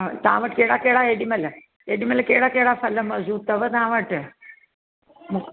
तां वटि कहिड़ा कहिड़ा हेॾीमहिल हेॾीमहिल कहिड़ा कहिड़ा फल मौजूद अथव तव्हां वटि मु